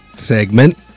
segment